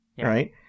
right